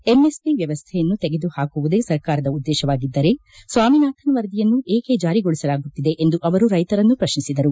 MSP ವ್ಯವಸ್ಥೆಯನ್ನು ತೆಗೆದುಹಾಕುವುದೇ ಸರ್ಕಾರದ ಉದ್ದೇಶವಾಗಿದ್ದರೆ ಸ್ವಾಮಿನಾಥನ್ ವರದಿಯನ್ನು ಏಕೆ ಜಾರಿಗೊಳಿಸಲಾಗುತ್ತಿದೆ ಎಂದು ಅವರು ರೈತರನ್ನು ಪ್ರಶ್ನಿಸಿದರು